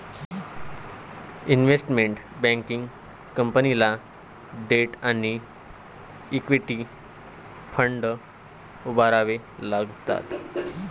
investment banking कंपनीला debt आणि equity fund उभारावे लागतात